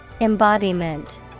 Embodiment